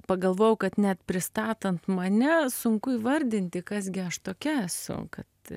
pagalvojau kad net pristatant mane sunku įvardinti kas gi aš tokia esu kad